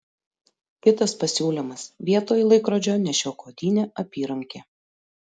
kitas pasiūlymas vietoj laikrodžio nešiok odinę apyrankę